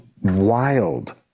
wild